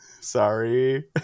Sorry